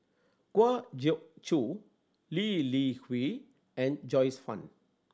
Kwa Geok Choo Lee Li Hui and Joyce Fan